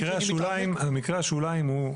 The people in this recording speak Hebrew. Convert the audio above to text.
מקרה השוליים הוא,